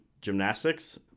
gymnastics